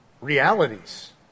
realities